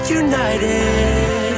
united